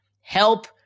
Help